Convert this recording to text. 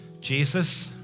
Jesus